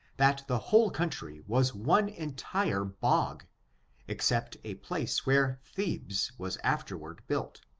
that the whole country was one entire bogj except a place where thebes was afterward built,